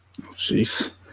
Jeez